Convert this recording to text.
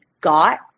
got